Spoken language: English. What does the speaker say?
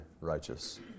righteous